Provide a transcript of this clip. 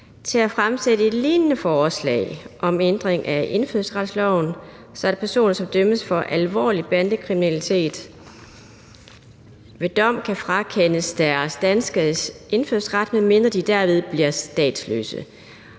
om at fremsætte et lignende forslag om ændring af indfødsretsloven, så personer, som dømmes for alvorlig bandekriminalitet, ved dom kan frakendes deres danske indfødsret, med mindre de derved bliver statsløse.